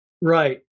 Right